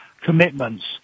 commitments